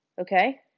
Okay